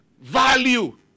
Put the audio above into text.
value